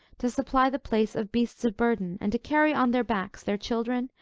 to supply the place of beasts of burden, and to carry on their backs their children,